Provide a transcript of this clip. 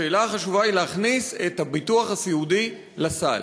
השאלה החשובה היא הכנסת הביטוח הסיעודי לסל.